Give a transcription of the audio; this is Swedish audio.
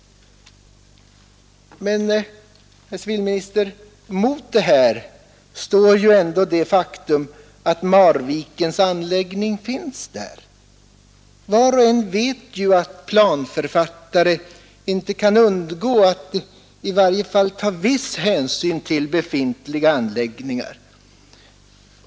Men, herr civilminister, mot det här står ju ändå det faktum att Ang. den planerade Marvikens anläggning finns där. Var och en vet ju att planförfattare inte utbyggnaden av kan undgå att ta i varje fall viss hänsyn till befintliga anläggningar.